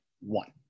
One